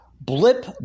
Blip